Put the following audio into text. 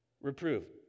reprove